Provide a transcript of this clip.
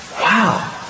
wow